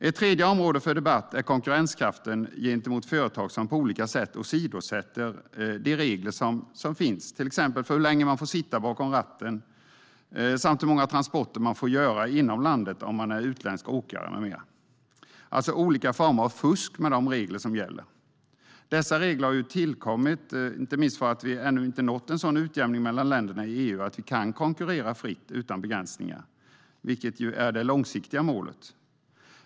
Ett tredje område för debatt är konkurrenskraften gentemot företag som på olika sätt åsidosätter de regler som finns till exempel för hur länge man får sitta bakom ratten, hur många transporter man får göra inom landet om man är utländsk åkare med mera - alltså olika former av fusk med de regler som gäller. Dessa regler har ju tillkommit inte minst för att vi ännu inte har nått en sådan utjämning mellan länderna i EU att vi kan konkurrera fritt utan begränsningar, vilket är det långsiktiga målet.